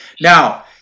Now